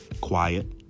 Quiet